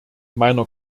meiner